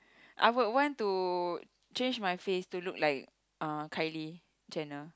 I would want to change my face to look like uh Kylie-Jenner